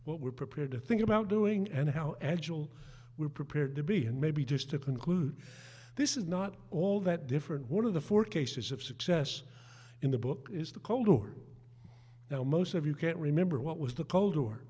what we're prepared to think about doing and how agile we're prepared to be and maybe just to conclude this is not all that different one of the four cases of success in the book is the cold war now most of you can't remember what was the cold